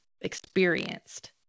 experienced